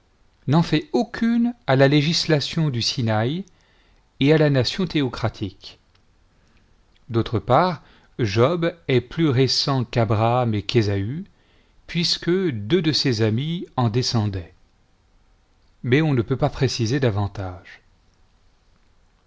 n'en fait aucune à la législation du sinaï et à la nation théocratique d'autre part job est plus récent qu'abraham et qu'ésaii puisque deux de ses amis en descendaient mais on ne peut pas préciser davantage